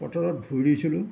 পথাৰত ভূঁই ৰুইছিলোঁ